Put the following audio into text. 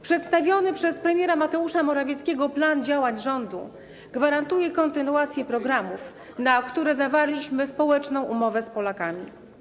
Przedstawiony przez premiera Mateusza Morawieckiego plan działań rządu gwarantuje kontynuację programów, na które zawarliśmy społeczną umowę z Polakami.